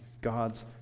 God's